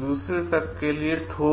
दूसरे सब के लिए ठोस हो